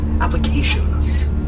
applications